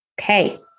Okay